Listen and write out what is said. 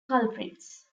culprits